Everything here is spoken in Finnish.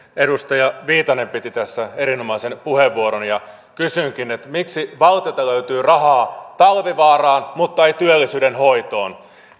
edustaja viitanen piti tässä erinomaisen puheenvuoron ja kysynkin miksi valtiolta löytyy rahaa talvivaaraan mutta ei työllisyyden hoitoon